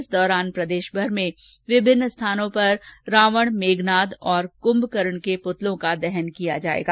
इस दौरान प्रदेशभर में विभिन्न स्थानों पर रावण मेघनाथ और कुंभकरण के पुतलों का दहन किया जाएगा